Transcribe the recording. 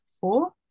four